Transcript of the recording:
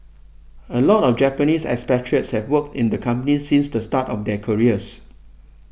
a lot of Japanese expatriates have worked in the company since the start of their careers